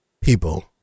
people